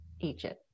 Egypt